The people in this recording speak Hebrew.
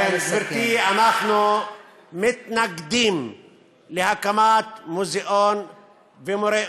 ההחלטה של האג להרוס את גדר ההפרדה,